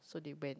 so they went